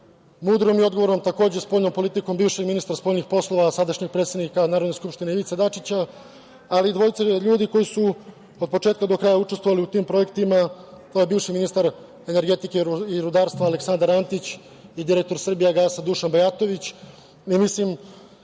mudrom i odgovornom spoljnom politikom bivšeg ministra spoljnih poslova a sadašnjeg predsednika Narodne skupštine, Ivice Dačića, ali i dvojice ljudi koji su od početka do kraja učestvovali u tim projektima to je bivši ministar energetike i rudarstva, Aleksandar Antić i direktor „Srbijagasa“, Dušan Bajatović. Mislim